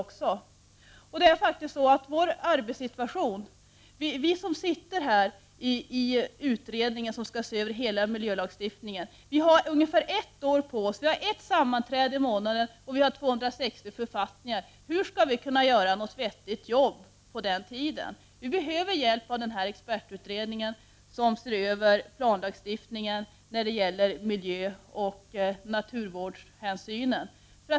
Vi som sitter i utredningen som skall se över hela miljölagstiftningen har ungefär ett år på oss. Vi har ett sammanträde i månaden, och det finns 260 författningar på det här området. Hur skulle kunna vi göra ett bra arbete på den tiden? Vi behöver hjälp från den här expertutredningen som ser över planlagstiftningen när det gäller miljöoch naturvårdshänsyn.